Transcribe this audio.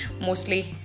mostly